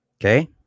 okay